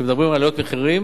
כשמדברים על עליות מחירים,